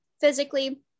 physically